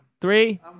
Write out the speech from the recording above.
Three